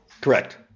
Correct